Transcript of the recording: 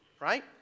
right